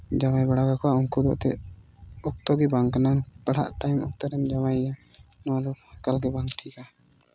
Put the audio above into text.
ᱡᱟᱶᱟᱭ ᱵᱟᱲᱟ ᱠᱟᱠᱚᱣᱟ ᱩᱱᱠᱩ ᱫᱚ ᱮᱱᱛᱮᱫ ᱚᱠᱛᱚ ᱜᱮ ᱵᱟᱝ ᱠᱟᱱᱟ ᱯᱟᱲᱦᱟᱜ ᱴᱟᱭᱤᱢ ᱚᱠᱛᱚ ᱨᱮᱢ ᱡᱟᱶᱟᱭ ᱮᱭᱟ ᱱᱚᱣᱟᱫᱚ ᱮᱠᱟᱞ ᱜᱮ ᱵᱟᱝ ᱴᱷᱤᱠᱼᱟ